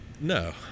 No